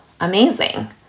amazing